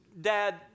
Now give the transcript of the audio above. Dad